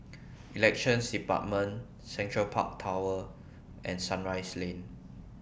Elections department Central Park Tower and Sunrise Lane